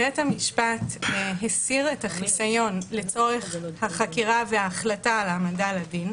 המשפט הסיר את החיסיון לצורך החקירה וההחלטה על העמדה לדין.